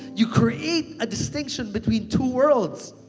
you create a distinction between two worlds.